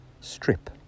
strip